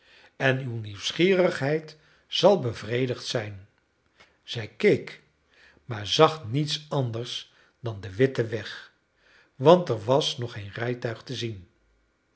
en uw nieuwsgierigheid zal bevredigd zijn zij keek maar zag niets anders dan den witten weg want er was nog geen rijtuig te zien